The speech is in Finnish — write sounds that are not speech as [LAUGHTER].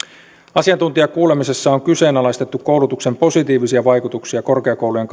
asiantuntijakuulemisessa on kyseenalaistettu koulutuksen positiivisia vaikutuksia korkeakoulujen [UNINTELLIGIBLE]